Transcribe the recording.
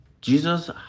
jesus